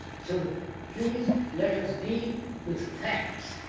so please let us deal with facts.